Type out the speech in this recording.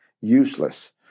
useless